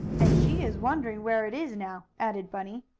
and she is wondering where it is now, added bunny.